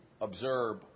observe